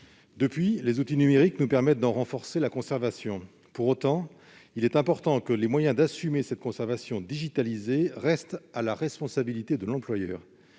ans. Les outils numériques nous permettent désormais de renforcer la conservation de ce document. Pour autant, il est important que les moyens d'assumer cette conservation digitalisée restent de la responsabilité de l'employeur.